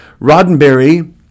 Roddenberry